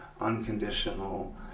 unconditional